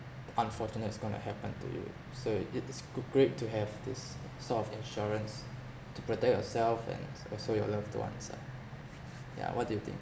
unfortunate is going to happen to you so it~ it's g~ great to have this sort of insurance to protect yourself and also your loved ones ah yeah what do you think